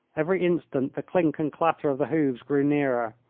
every instant the clink and clatter of the hoofs grew nearer.